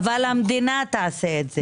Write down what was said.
אבל המדינה תעשה את זה.